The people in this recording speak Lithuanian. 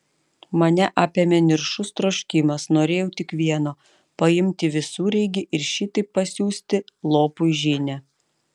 mane apėmė niršus troškimas norėjau tik vieno paimti visureigį ir šitaip pasiųsti lopui žinią